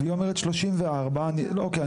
והיא אומרת 34. אוקיי,